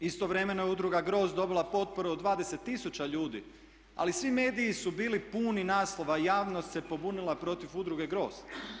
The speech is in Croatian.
Istovremeno je udruga Grozd dobila potporu od 20000 ljudi, ali svi mediji su bili puni naslova javnost se pobunila protiv udruge Grozd.